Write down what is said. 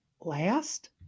last